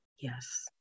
Yes